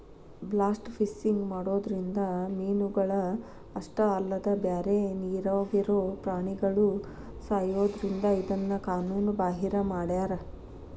blast fishing ಮಾಡೋದ್ರಿಂದ ಮೇನಗಳ ಅಷ್ಟ ಅಲ್ಲದ ಬ್ಯಾರೆ ನೇರಾಗಿರೋ ಪ್ರಾಣಿಗಳು ಸಾಯೋದ್ರಿಂದ ಇದನ್ನ ಕಾನೂನು ಬಾಹಿರ ಮಾಡ್ಯಾರ